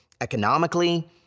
economically